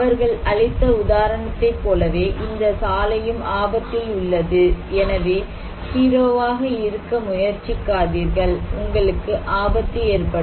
அவர்கள் அளித்த உதாரணத்தைப் போலவே இந்த சாலையும் ஆபத்தில் உள்ளது எனவே ஹீரோவாக இருக்க முயற்சிக்காதீர்கள் உங்களுக்கு ஆபத்து ஏற்படும்